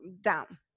down